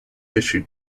issued